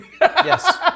Yes